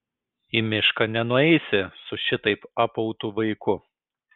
į mišką nenueisi su šitaip apautu vaiku